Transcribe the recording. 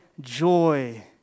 joy